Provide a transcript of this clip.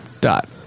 dot